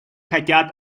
хотят